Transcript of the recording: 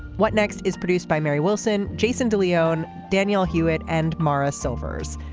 what next is produced by mary wilson jason de leone daniel hewett and maura silvers.